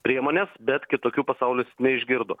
priemones bet kitokių pasaulis neišgirdo